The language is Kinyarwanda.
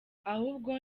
ahubwo